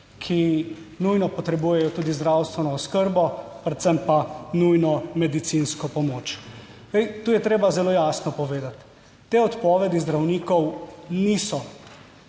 ki nujno potrebujejo tudi zdravstveno oskrbo, predvsem pa nujno medicinsko pomoč. Zdaj, tu je treba zelo jasno povedati, te odpovedi zdravnikov niso,